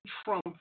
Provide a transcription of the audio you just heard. Trump